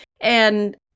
And-